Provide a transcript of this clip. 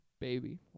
baby